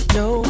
no